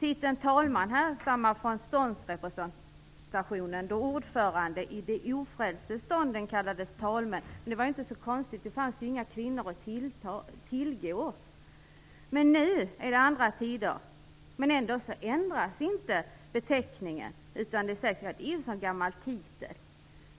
Titeln talman härstammar från ståndsrepresentationen, då ordförandena i de ofrälse stånden kallades talmän. Det var ju inte så konstigt; det fanns ju inga kvinnor att tillgå. Nu är det andra tider, men ändå ändras inte beteckningen! Man säger: Det är en sådan gammal titel,